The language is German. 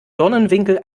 dornenwinkel